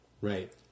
Right